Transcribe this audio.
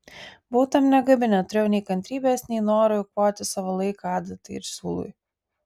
buvau tam negabi neturėjau nei kantrybės nei noro eikvoti savo laiką adatai ir siūlui